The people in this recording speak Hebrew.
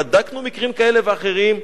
בדקנו מקרים כאלה ואחרים,